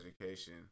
Education